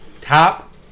top